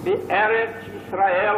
"בארץ-ישראל